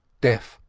deaf,